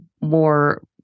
more